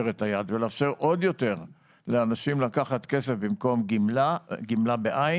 את היד ולאפשר עוד יותר לאנשים לקחת כסף במקום גמלה בעין